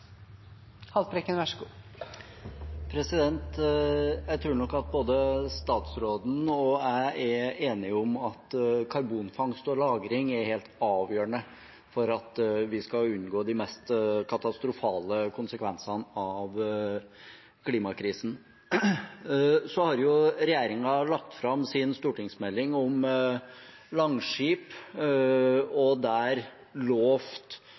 enige om at karbonfangst og -lagring er helt avgjørende for at vi skal unngå de mest katastrofale konsekvensene av klimakrisen. Så har regjeringen lagt fram sin stortingsmelding om Langskip og der